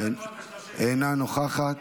אינה נוכחת,